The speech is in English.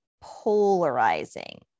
polarizing